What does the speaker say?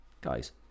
guys